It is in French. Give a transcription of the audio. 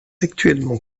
actuellement